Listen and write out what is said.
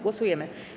Głosujemy.